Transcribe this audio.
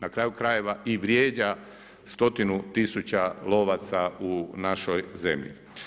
Na kraju krajeva i vrijeđa stotinu tisuća lovaca u našoj zemlji.